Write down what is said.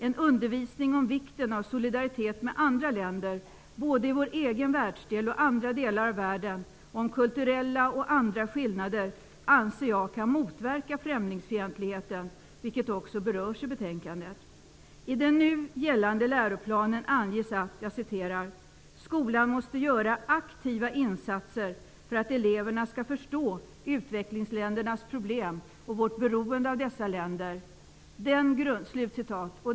En undervisning om vikten av solidaritet med andra länder, både i vår egen världsdel och andra delar av världen, om kulturella och andra skillnader anser jag kan motverka främlingsfientligheten, vilket också berörs i betänkandet. I den nu gällande läroplanen anges att ''skolan måste göra aktiva insatser för att eleverna skall förstå utvecklingsländernas problem och vårt beroende av dessa länder''.